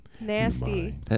Nasty